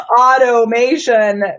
automation